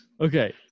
Okay